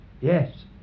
Yes